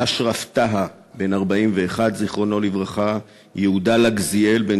אשרף טהא, בן 41, זיכרונו לברכה, יהודה לגזיאל, בן